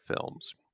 films